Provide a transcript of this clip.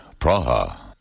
Praha